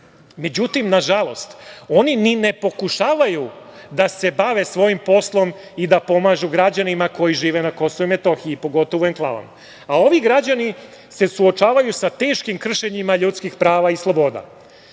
Međutim, nažalost, oni ni ne pokušavaju da se bave svojim poslom i da pomažu građanima koji žive na KiM, pogotovo u enklavama. A ovi građani se suočavaju sa teškim kršenjima ljudskih prava i sloboda. Da